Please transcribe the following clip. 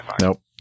Nope